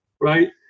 right